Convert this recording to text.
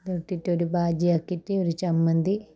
അതിട്ടിട്ട് ഒരു ബാജിയാക്കീട്ട് ഒരു ചമ്മന്തി